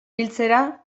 biltzera